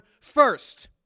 first